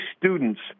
students